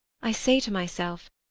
i say to myself,